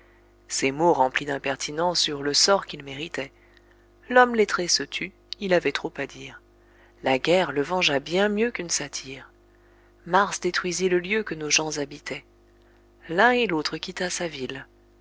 ces mots remplis d'impertinence eurent le sort qu'ils méritaient l'homme lettré se tut il avait trop à dire la guerre le vengea bien mieux qu'une satire mars détruisit le lieu que nos gens habitaient l'un et l'autre quitta sa ville